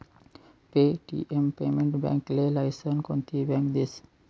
Paytm payment बॅकले license कोनती bank देस?